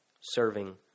serving